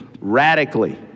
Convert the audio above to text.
radically